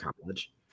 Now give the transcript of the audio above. college